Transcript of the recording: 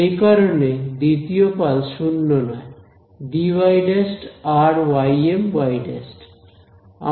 সেই কারণে দ্বিতীয় পালস 0 নয় dy′ Rym y ′